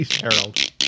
Harold